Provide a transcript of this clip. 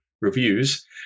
reviews